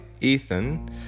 Ethan